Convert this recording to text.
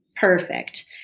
perfect